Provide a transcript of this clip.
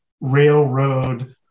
railroad